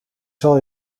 zal